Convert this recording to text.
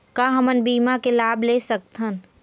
का हमन बीमा के लाभ ले सकथन?